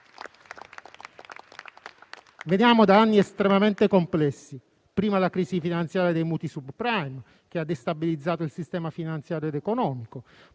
Veniamo da anni estremamente complessi: prima la crisi finanziaria dei mutui *subprime*, che ha destabilizzato il sistema finanziario ed economico;